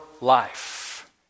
life